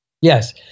Yes